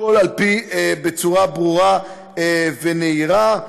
הכול בצורה ברורה ונהירה.